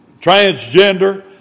transgender